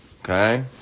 Okay